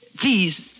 Please